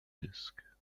disk